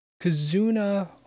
Kazuna